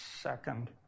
Second